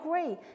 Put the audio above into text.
agree